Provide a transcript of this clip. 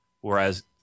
whereas